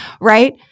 Right